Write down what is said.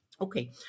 Okay